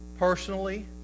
Personally